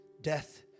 death